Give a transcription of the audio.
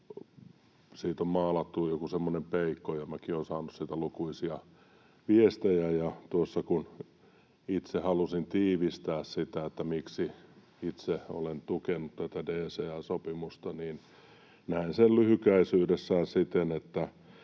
Siitä on maalattu joku semmoinen peikko, ja minäkin olen saanut siitä lukuisia viestejä. Itse halusin tiivistää sen, miksi itse olen tukenut tätä DCA-sopimusta, ja näen sen lyhykäisyydessään siten, että